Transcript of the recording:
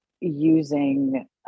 using